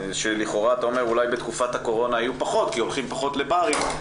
לכאורה אתה אומר אולי בתקופת הקורונה יהיו פחות כי יוצאים פחות לברים,